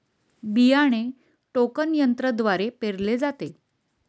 बियाणे टोकन यंत्रद्वारे पेरले जाते